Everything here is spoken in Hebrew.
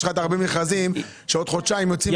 יש לך הרבה מכרזים שעוד חודשיים יוצאים ל